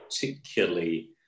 particularly